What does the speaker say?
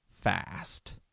fast